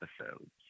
episodes